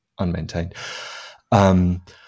unmaintained